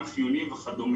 גם חיוני וכד'.